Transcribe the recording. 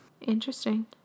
Interesting